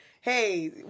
hey